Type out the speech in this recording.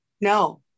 No